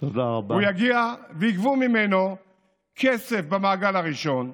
הוא יגיע ויגבו ממנו כסף במעגל הראשון,